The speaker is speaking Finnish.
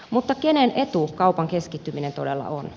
mutta kenen etu kaupan keskittyminen todella on